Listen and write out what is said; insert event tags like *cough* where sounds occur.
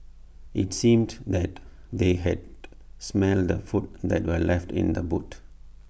IT seemed that they had *noise* smelt the food that were left in the boot